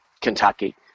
Kentucky